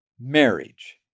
marriage